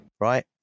Right